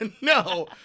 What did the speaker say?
No